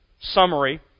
summary